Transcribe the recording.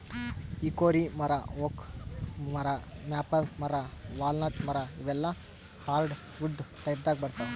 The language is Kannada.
ಹಿಕೋರಿ ಮರಾ ಓಕ್ ಮರಾ ಮ್ಯಾಪಲ್ ಮರಾ ವಾಲ್ನಟ್ ಮರಾ ಇವೆಲ್ಲಾ ಹಾರ್ಡವುಡ್ ಟೈಪ್ದಾಗ್ ಬರ್ತಾವ್